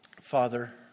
Father